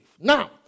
Now